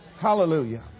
Hallelujah